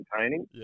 entertaining